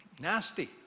nasty